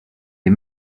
les